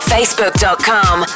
Facebook.com